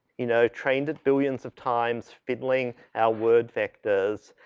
you know, trained at billions of times fiddling our word vectors.